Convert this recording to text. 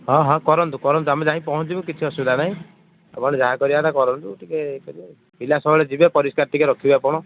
ହଁ ହଁ କରନ୍ତୁ କରନ୍ତୁ ଆମେ ଯାଇ ପହଞ୍ଚିବୁ କିଛି ଅସୁବିଧା ନାହିଁ ଆପଣ ଯାହା କରିବା କଥା କରନ୍ତୁ ଟିକେ ୟେ କରିବେ ପିଲା ଯିବେ ଟିକେ ପରିଷ୍କାର ରଖିବେ ଆପଣ